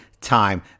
time